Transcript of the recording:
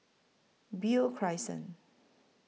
Beo Crescent